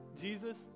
Jesus